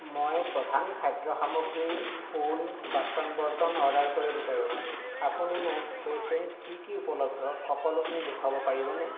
মই প্ৰধান খাদ্য সামগ্ৰী ফুল বাচন বৰ্তন অৰ্ডাৰ কৰিব বিচাৰোঁ আপুনি মোক সেই শ্ৰেণীত কি কি উপলব্ধ সকলোখিনি দেখুৱাব পাৰিবনে